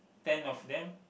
ten of them